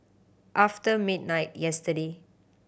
after midnight yesterday